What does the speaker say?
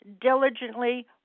diligently